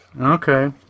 Okay